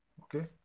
Okay